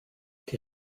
die